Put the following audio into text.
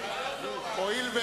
שאלתי את